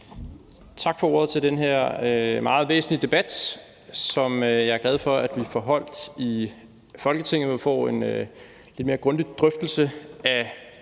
Tak for ordet til den her meget væsentlige debat, som jeg er glad for vi får holdt i Folketinget, så vi kan få en lidt mere grundig drøftelse af